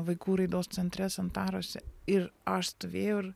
vaikų raidos centre santarose ir aš stovėjau ir